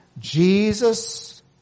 Jesus